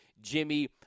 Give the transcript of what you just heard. Jimmy